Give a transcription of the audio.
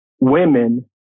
women